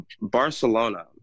Barcelona